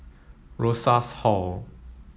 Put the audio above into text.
Rosas Hall